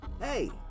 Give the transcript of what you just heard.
Hey